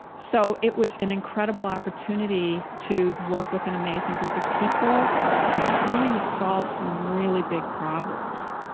so, it was an incredible opportunity to work with an amazing group of people at trying to solve some really big problems.